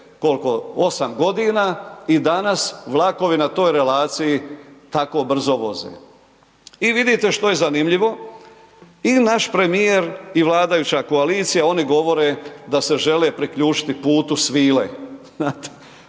prije 148 godina i danas vlakovi na toj relaciji tako brzo voze. I vidite što je zanimljivo. I naš premijer i vladajuća koalicija, oni govore da se žele priključiti Putu svile.